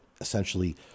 essentially